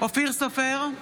אופיר סופר,